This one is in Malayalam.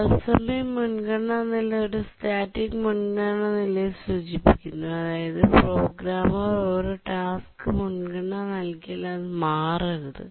തത്സമയ മുൻഗണന നില ഒരു സ്റ്റാറ്റിക് മുൻഗണന നിലയെ സൂചിപ്പിക്കുന്നു അതായത് പ്രോഗ്രാമർ ഒരു ടാസ്ക്കിന് മുൻഗണന നൽകിയാൽ അത് മാറരുത്